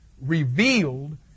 revealed